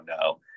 no